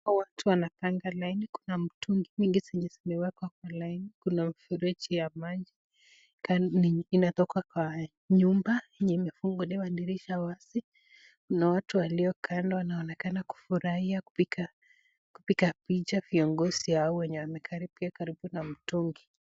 Hapa watu wanapanga laini. Kuna mtungi mingi zenye zimewekwa kwa laini. Kuna mfereji ya maji kando inatoka kwa nyumba yenye imefunguliwa dirisha wazi. Kuna watu waliokando, wanaonekana kufurahia kupiga picha viongozi hao wenye wamekaribia karibu na mtungi.